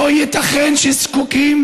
לא ייתכן שהזקוקים